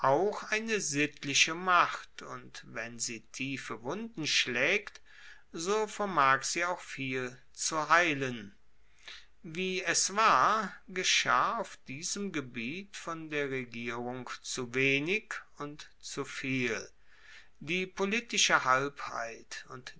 eine sittliche macht und wenn sie tiefe wunden schlaegt so vermag sie auch viel zu heilen wie es war geschah auch auf diesem gebiet von der regierung zu wenig und zu viel die politische halbheit und